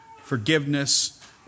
forgiveness